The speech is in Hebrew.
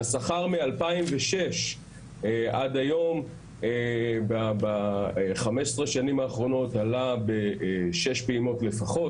השכר מ-2006 עד היום בחמש עשרה שנים האחרונות עלה בשש פעימות לפחות.